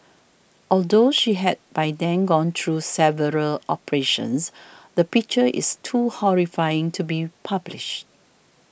although she had by then gone through several operations the picture is too horrifying to be published